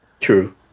true